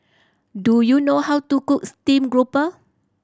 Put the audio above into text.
do you know how to cook steam grouper